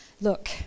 look